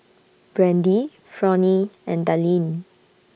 Brandy Fronie and Dallin